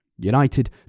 United